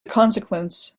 consequence